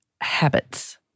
habits